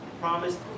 promised